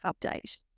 update